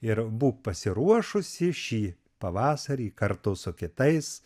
ir būk pasiruošusi šį pavasarį kartu su kitais